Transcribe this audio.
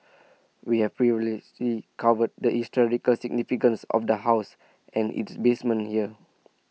we have previously covered the historical significance of the house and its basement here